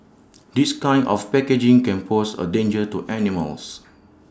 this kind of packaging can pose A danger to animals